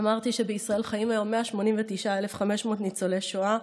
אמרתי שבישראל חיים היום 189,500 ניצולי שואה,